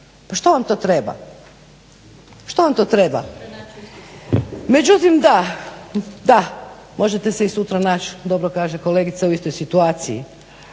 Pa što vam to treba, što vam to treba? Međutim, da možete se i sutra naći, dobro kaže kolegica u istoj situaciji.